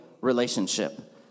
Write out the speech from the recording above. relationship